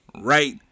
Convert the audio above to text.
right